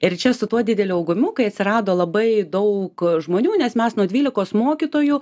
ir čia su tuo dideliu augimu kai atsirado labai daug žmonių nes mes nuo dvylikos mokytojų